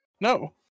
No